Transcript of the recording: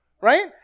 Right